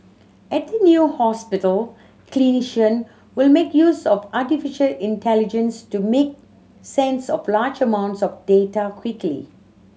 at the new hospital clinicians will make use of artificial intelligence to make sense of large amounts of data quickly